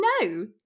no